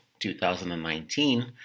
2019